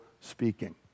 speaking